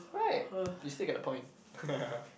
right you still get the point